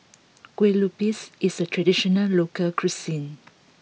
Kueh Lupis is a traditional local cuisine